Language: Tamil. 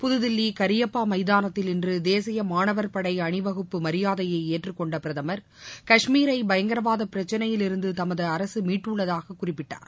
புதுதில்லி கரியப்பா எமதானத்தில் இன்று தேசிய மாணவர் படை அணிவகுப்பு மரியாதையை ஏற்றுக்கொண்ட பிரதமர் கஷ்மீரை பயங்கரவாத பிரச்சினையில் இருந்து தமது அரசு மீட்டுள்ளதாக குறிப்பிட்டார்